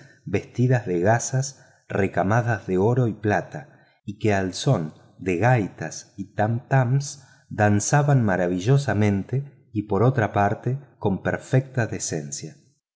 vestidas de gasas recarnadas de oro y plata y que al son de gaitas y tamtams danzaban maravillosamente y por otra parte con perfecta cadencia